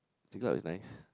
Siglap is nice